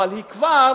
אבל היא כבר